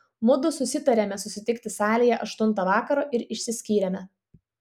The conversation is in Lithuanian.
mudu susitarėme susitikti salėje aštuntą vakaro ir išsiskyrėme